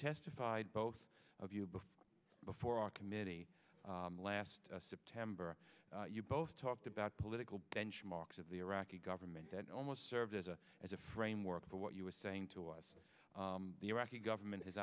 testified both of you before before our committee last september you both talked about political benchmarks of the iraqi government that almost served as a as a framework for what you were saying to us the iraqi government